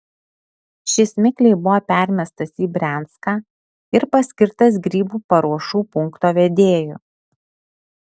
šis mikliai buvo permestas į brianską ir paskirtas grybų paruošų punkto vedėju